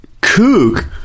kook